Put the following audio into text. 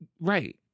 Right